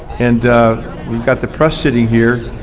and we've got the press siting here,